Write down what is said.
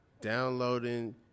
downloading